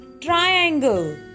triangle